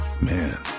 Man